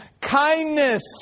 kindness